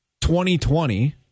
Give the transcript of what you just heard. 2020